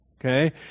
okay